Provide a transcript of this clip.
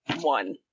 one